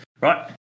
Right